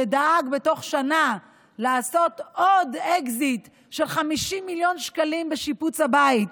שדאג בתוך שנה לעשות עוד אקזיט של 50 מיליון שקלים בשיפוץ הבית,